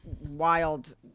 wild